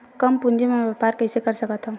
कम पूंजी म व्यापार कइसे कर सकत हव?